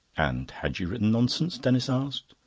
and had you written nonsense? denis asked.